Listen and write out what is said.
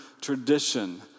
tradition